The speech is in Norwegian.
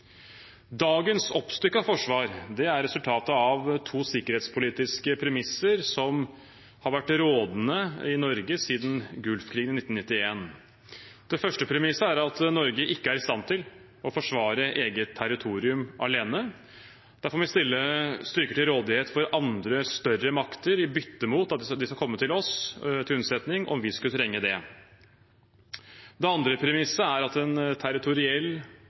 er resultatet av to sikkerhetspolitiske premisser som har vært rådende i Norge siden Golfkrigen i 1991. Det første premisset er at Norge ikke er i stand til å forsvare eget territorium alene. Derfor må vi stille styrker til rådighet for andre, større makter i bytte mot at de skal komme oss til unnsetning om vi skulle trenge det. Det andre premisset er at en territoriell